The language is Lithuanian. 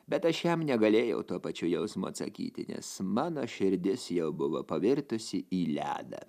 bet aš jam negalėjau tuo pačiu jausmu atsakyti nes mano širdis jau buvo pavirtusi į ledą